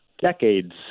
decades